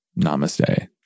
Namaste